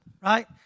right